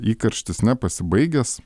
įkarštis nepasibaigęs